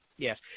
Yes